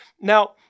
Now